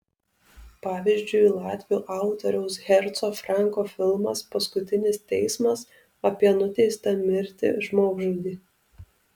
pavyzdžiui latvių autoriaus herco franko filmas paskutinis teismas apie nuteistą mirti žmogžudį